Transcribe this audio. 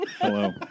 Hello